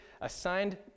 assigned